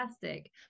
fantastic